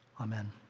Amen